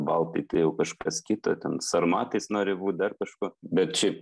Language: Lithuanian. baltai tai jau kažkas kita ten sarmatais nori būt dar kažkuo bet šiaip